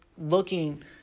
looking